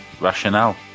rationale